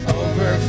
over